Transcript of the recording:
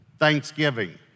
Thanksgiving